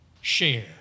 share